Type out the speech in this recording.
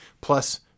plus